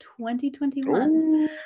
2021